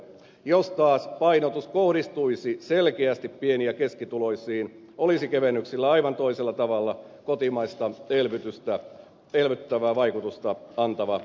jos taas painotus kohdistuisi selkeästi pieni ja keskituloisiin olisi kevennyksillä aivan toisella tavalla kotimaista kulutusta elvyttävä efekti